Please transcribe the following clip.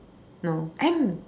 no and